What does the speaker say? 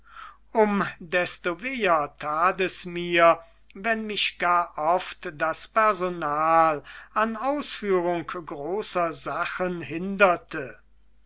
um desto weher tat es mir wenn mich gar oft das personal an ausführung großer sachen hinderte